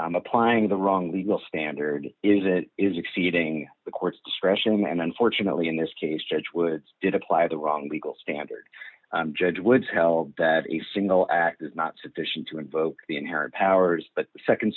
said applying the wrong legal standard is that is exceeding the court's discretion and unfortunately in this case judge woods did apply the wrong legal standard judge woods held that a single act is not sufficient to invoke the inherent powers but